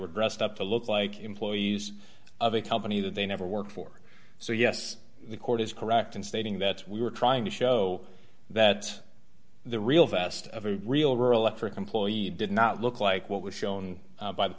were dressed up to look like employees of a company that they never worked for so yes the court is correct in stating that we were trying to show that the real fast of a real rural africa employee did not look like what was shown by the